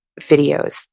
videos